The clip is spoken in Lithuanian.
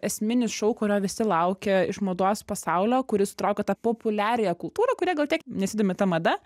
esminis šou kurio visi laukia iš mados pasaulio kuris sutraukia tą populiariąją kultūrą kuria gal kiek nesidomi ta mada